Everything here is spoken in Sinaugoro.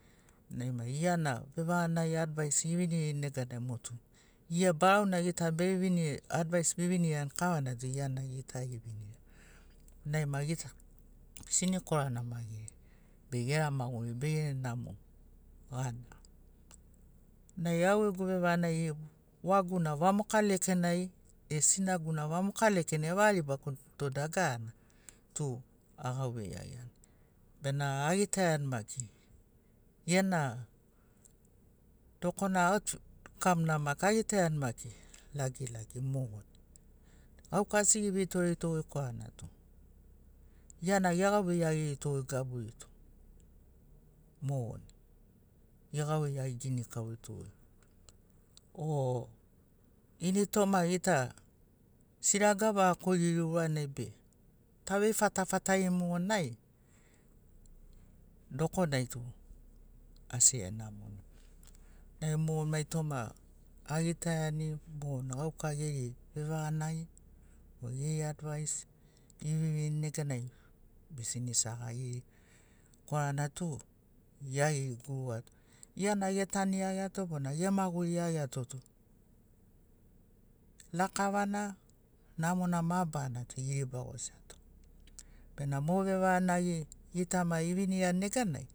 Nai ma gia na vevaganagi advais evinirini neganai mo tu gia barau na gita be vinir advais be vinirani kavana tu gia na gita evinirani nai ma gita sini koranamagiri be gera maguri bege namo gana nai au gegu vevaganagi wagu na vamoka lekenai e sinaguna vamoka lekenai avagalibaguto dagarana tu agauvei iagiani bena agitaiani maki gena dokona outcome maki agitaiani lagilagi mogoni gauka asi gevitorito korana tu giana egauvei iagirito gaburi tu mogoni egauveiagi ginikaurito goi o ini toma gita siraga vaga koriri uranai be tavei fatafatarini mo nai dokonai tu asi enamoni e mo toma agitaiani mogoni gauka geri vevaganagi o geri advais eve veini neganai bisini sagagi korana tu gia geri guruga tu giana etanu iagiato bona gemaguri iagiato tu lakavana namona mabarana tu eriba gosiato bena mo vevaganagi gita ma evinirani neganai.